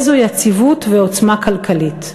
איזו יציבות ועוצמה כלכלית,